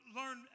learn